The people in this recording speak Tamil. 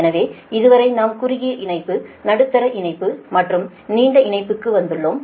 எனவே இது வரை நாம் குறுகிய இணைப்பு நடுத்தர இணைப்பு மற்றும் நீண்ட இணைப்புக்கு வந்துள்ளோம்